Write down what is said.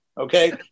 okay